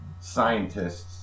scientists